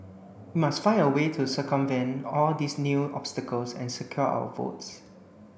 we must find a way to circumvent all these new obstacles and secure our votes